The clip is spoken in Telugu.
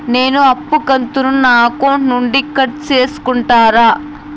నేను అప్పు కంతును నా అకౌంట్ నుండి కట్ సేసుకుంటారా?